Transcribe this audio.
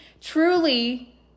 Truly